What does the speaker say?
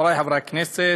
חברי חברי הכנסת,